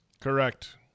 Correct